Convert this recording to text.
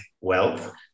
wealth